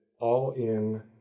all-in